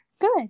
Good